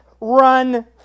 run